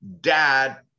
dad